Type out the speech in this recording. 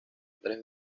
tres